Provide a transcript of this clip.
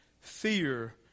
fear